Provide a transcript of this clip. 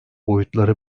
boyutları